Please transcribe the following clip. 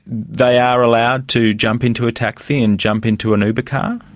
they are allowed to jump into a taxi and jump into an uber car?